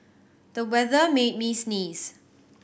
the weather made me sneeze